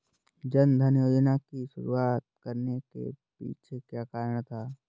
जन धन योजना की शुरुआत करने के पीछे क्या कारण था?